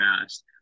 fast